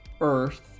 Earth